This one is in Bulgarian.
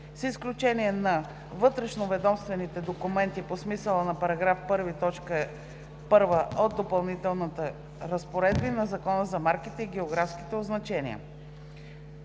с изключение на вътрешноведомствените документи по смисъла на § 1, т. 1 от Допълнителните разпоредби на Закона за марките и географските означения.